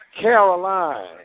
Caroline